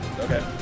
Okay